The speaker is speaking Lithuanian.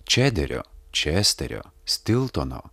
čederio česterio stiltono